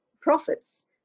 profits